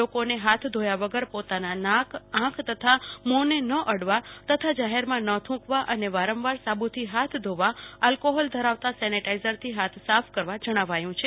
લોકોને હાથ ધોયા વગર પોતાના નાક આંખ તથા મોંને ન અડવા તથા જાહેરમાં ન થકેવા અને વારંવાર સાબુથી હાથ ધોવા કે આલ્કોહોલ ધરાવતા સેનેટાઈઝરથી હાથ સાફ કરવા જણાવ્યું છે